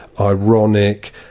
ironic